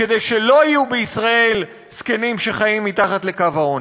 שלא יהיו בישראל זקנים שחיים מתחת לקו העוני.